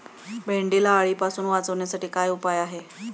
भेंडीला अळीपासून वाचवण्यासाठी काय उपाय आहे?